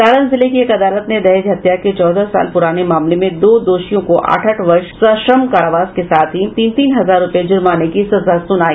सारण जिले की एक अदालत ने दहेज हत्या के चौदह साल पुराने मामले में दो दोषियों को आठ आठ वर्ष सश्रम कारावास के साथ ही तीन तीन हजार रुपये जुर्माने की सजा सुनाई